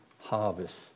harvest